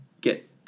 get –